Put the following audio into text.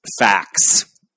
facts